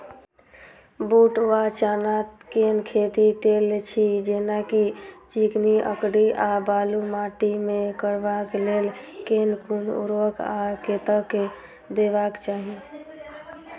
बूट वा चना केँ खेती, तेल छी जेना की चिकनी, अंकरी आ बालू माटि मे करबाक लेल केँ कुन उर्वरक आ कतेक देबाक चाहि?